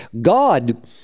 God